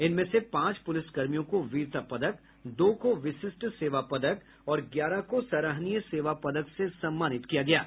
इनमें से पांच पुलिस कर्मियों को वीरता पदक दो को विशिष्ट सेवा पदक और ग्यारह को सराहनीय सेवा पदक से सम्मानित किया गया है